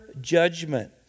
judgment